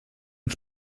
und